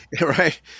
right